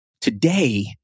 Today